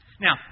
Now